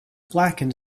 blackened